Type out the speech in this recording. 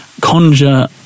conjure